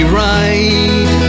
right